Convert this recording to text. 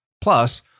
Plus